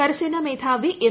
കരസേനാ മേധാവി എം